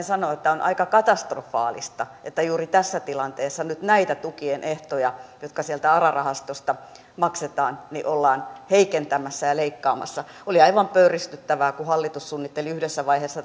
sanoa että on aika katastrofaalista että juuri tässä tilanteessa nyt näitä tukien ehtoja jotka sieltä ara rahastosta maksetaan ollaan heikentämässä ja leikkaamassa oli aivan pöyristyttävää kun hallitus suunnitteli yhdessä vaiheessa